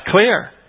clear